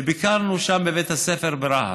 ביקרנו בבית הספר ברהט,